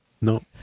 no